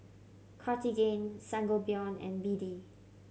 Cartigain Sangobion and B D